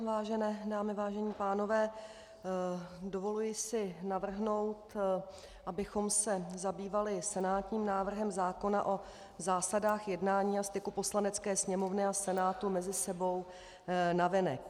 Vážené dámy, vážení pánové, dovoluji si navrhnout, abychom se zabývali senátním návrhem zákona o zásadách jednání a styku Poslanecké sněmovny a Senátu mezi sebou a navenek.